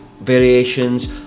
variations